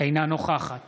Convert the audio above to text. אינה נוכחת